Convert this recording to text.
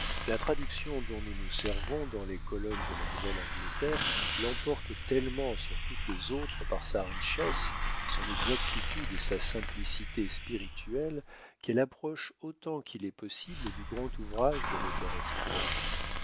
la traduction dont nous nous servons dans les colonies de la nouvelle-angleterre l'emporte tellement sur toutes les autres par sa richesse son exactitude et sa simplicité spirituelle qu'elle approche autant qu'il est possible du grand ouvrage de l'auteur inspiré